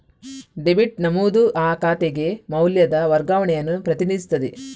debit ನಮೂದು ಆ ಖಾತೆಗೆ ಮೌಲ್ಯದ ವರ್ಗಾವಣೆಯನ್ನು ಪ್ರತಿನಿಧಿಸುತ್ತದೆ